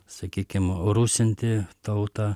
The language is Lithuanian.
sakykim rusinti tautą